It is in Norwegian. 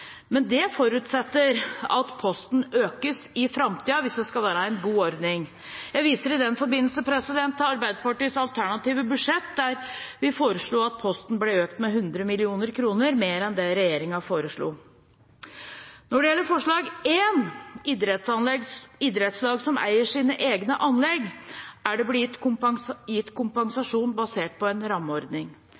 men det forutsetter at posten økes i framtiden – hvis det skal være en god ordning. Jeg viser i den forbindelse til Arbeiderpartiets alternative budsjett, der vi foreslo at posten ble økt med 100 mill. kr mer enn det regjeringen foreslo. Når det gjelder forslag 1, idrettslag som eier sine egne anlegg, er det gitt kompensasjon basert på en rammeordning.